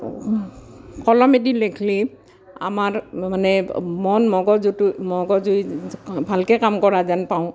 কলমেদি লেখলি আমাৰ মানে মন মগজুটো মগজুই ভালকৈ কাম কৰা যেন পাওঁ